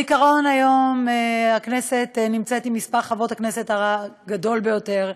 בעיקרון היום הכנסת נמצאת עם מספר חברות הכנסת הגדול ביותר,